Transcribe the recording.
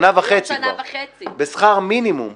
שנה וחצי כבר, בשכר מינימום.